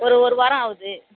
ஒரு ஒரு வாரம் ஆகுது